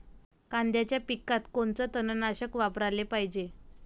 कांद्याच्या पिकात कोनचं तननाशक वापराले पायजे?